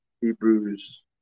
Hebrews